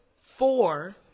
four